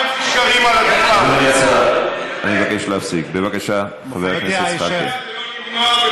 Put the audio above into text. ולא יבוא להמציא שקרים על הדוכן.